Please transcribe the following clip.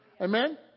Amen